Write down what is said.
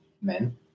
men